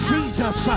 Jesus